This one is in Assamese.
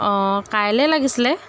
অঁ কাইলৈ লাগিছিলে